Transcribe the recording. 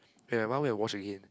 we have one we will wash again